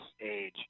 age